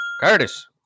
Curtis